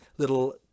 little